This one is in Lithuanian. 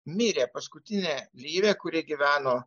mirė paskutinė lyvė kuri gyveno